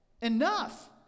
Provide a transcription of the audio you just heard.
Enough